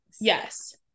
yes